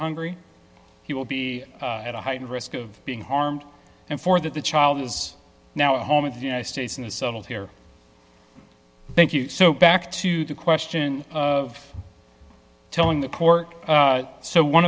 hungary he will be at a heightened risk of being harmed and for that the child is now at home of the united states and settled here thank you so back to the question of telling the court so one